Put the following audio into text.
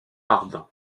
ardent